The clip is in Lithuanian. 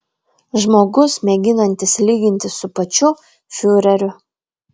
žmogus mėginantis lygintis su pačiu fiureriu